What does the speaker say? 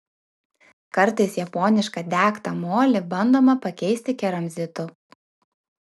kartais japonišką degtą molį bandoma pakeisti keramzitu